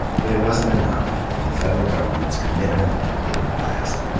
but it wasn't enough, and the federal government's commitment didn't last.